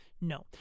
No